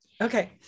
Okay